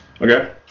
Okay